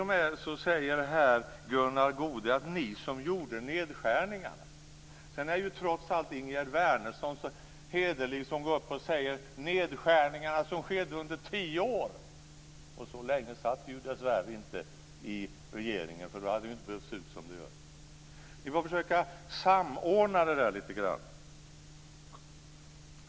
Gunnar Goude säger t.o.m.: Ni som gjorde nedskärningarna. Ingegerd Wärnersson är trots allt så hederlig att hon går upp i talarstolen och säger: Nedskärningarna som skedde under tio år. Så länge satt vi dessvärre inte i regeringen. Då hade det inte behövt se ut som det gör. Ni får försöka samordna det där lite grann.